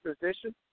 position